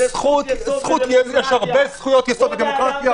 זאת זכות יסוד בדמוקרטיה.